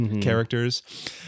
characters